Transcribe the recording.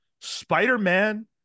Spider-Man